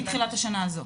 מתחילת השנה הזו.